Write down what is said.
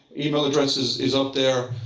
email addresses is up there.